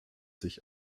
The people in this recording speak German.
sich